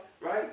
right